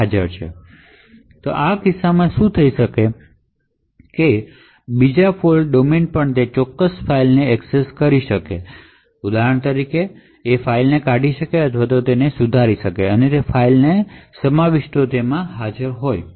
હવે આવા કિસ્સામાં શું થઈ શકે છે તે છે કે બીજા ફોલ્ટ ડોમેન પણ તે ફાઇલની એક્સેસ કરી શકશે તે ઉદાહરણ તરીકે તે ફાઇલને કાઢી શકે છે અથવા ફાઇલનો કંટૈંટસુધારી શકે છે